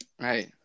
right